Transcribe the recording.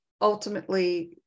ultimately